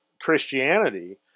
Christianity